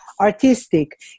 artistic